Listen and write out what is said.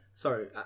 Sorry